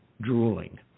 drooling